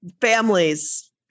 families